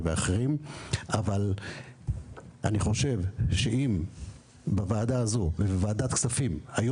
ואחרים אבל אני חושב שאם בוועדה הזו ובוועדת הכספים היו